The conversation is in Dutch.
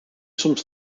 soms